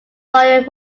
soil